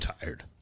Tired